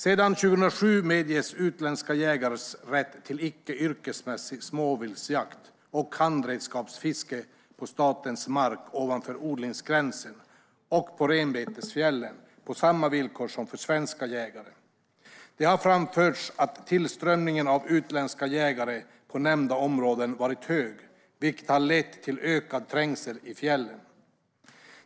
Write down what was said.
Sedan 2007 medges utländska jägare rätt till icke yrkesmässig småviltsjakt och handredskapsfiske på statens mark ovanför odlingsgränsen och på renbetesfjällen på samma villkor som svenska jägare. Det har framförts att tillströmningen av utländska jägare på nämnda områden har varit hög, vilket har lett till ökad trängsel i fjällen.